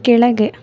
ಕೆಳಗೆ